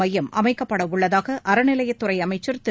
மையம் அமைக்கப்படவுள்ளதாக அறநிலையத்துறை அமைச்சர் திரு